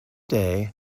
day